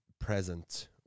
present